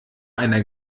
einer